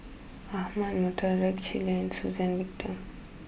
Ahmad Mattar Rex Shelley and Suzann Victor